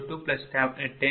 74414